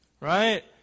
Right